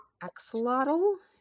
axolotl